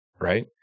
right